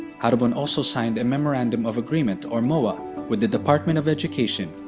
haribon also signed a memorandum of agreement or moa with the department of education,